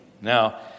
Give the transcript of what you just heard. Now